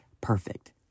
perfect